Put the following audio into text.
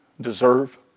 deserve